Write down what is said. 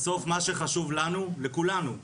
בסוף, מה שחשוב לנו, לכולנו,